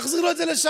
תחזיר לו את זה לשם.